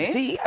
See